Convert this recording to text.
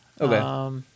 Okay